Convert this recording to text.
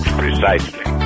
precisely